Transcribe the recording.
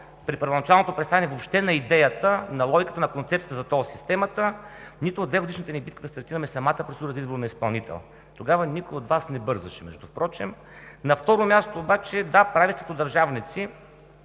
при първоначалното представяне въобще на идеята, на логиката, на концепцията за тол системата, нито от двегодишната ни битка да стартираме самата процедура за избор на изпълнител. Тогава никой от Вас не бързаше между другото. На второ място, да, прави сте като държавници,